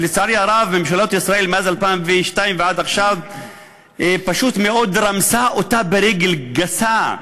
שלצערי הרב ממשלות ישראל מאז 2002 ועד עכשיו פשוט מאוד רמסו ברגל גסה,